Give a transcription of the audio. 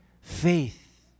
faith